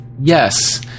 Yes